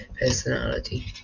personality